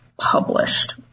published